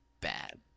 bad